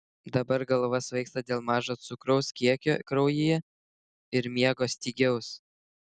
dabar galva svaigsta dėl mažo cukraus kiekio kraujyje ir miego stygiaus